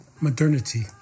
Modernity